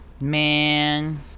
Man